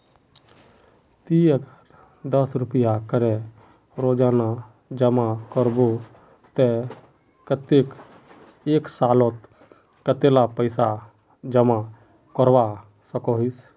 ती अगर दस रुपया करे रोजाना जमा करबो ते कतेक एक सालोत कतेला पैसा जमा करवा सकोहिस?